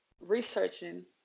researching